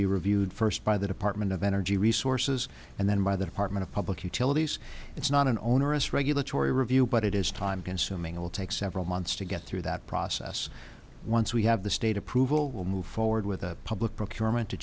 be reviewed first by the department of energy resources and then by the department of public utilities it's not an onerous regulatory review but it is time consuming it will take several months to get through that process once we have the state approval will move forward with a public procurement to